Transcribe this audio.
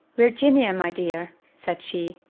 virginia, my dear, said she,